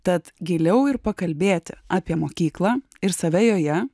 tad giliau ir pakalbėti apie mokyklą ir save joje